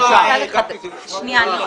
אני אומרת שוב.